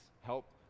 Help